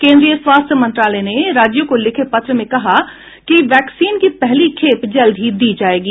केन्द्रीय स्वास्थ्य मंत्रालय ने राज्यों को लिखे पत्र में कहा है कि वैक्सीन की पहली खेप जल्द ही दी जायेगी